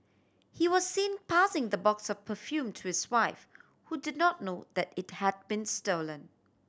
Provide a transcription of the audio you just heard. he was seen passing the box of perfume to his wife who did not know that it had been stolen